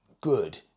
good